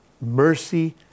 mercy